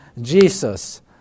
Jesus